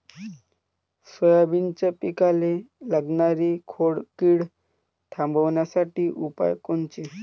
सोयाबीनच्या पिकाले लागनारी खोड किड थांबवासाठी उपाय कोनचे?